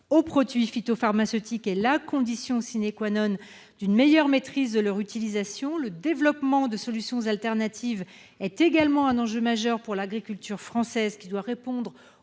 aux produits phytopharmaceutiques est la condition d'une meilleure maîtrise de leur utilisation. Le développement de solutions alternatives est également un enjeu majeur pour l'agriculture française, qui doit répondre